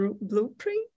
Blueprint